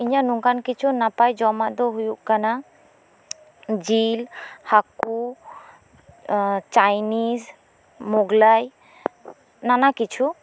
ᱤᱧᱟᱹᱜ ᱱᱚᱝᱠᱟᱱ ᱠᱤᱪᱷᱩ ᱱᱟᱯᱟᱭ ᱡᱚᱢᱟᱜ ᱫᱚ ᱦᱩᱭᱩᱜ ᱠᱟᱱᱟ ᱡᱤᱞ ᱦᱟᱹᱠᱩ ᱪᱟᱭᱱᱤᱥ ᱢᱚᱜᱽᱞᱟᱭ ᱱᱟᱱᱟ ᱠᱤᱪᱷᱩ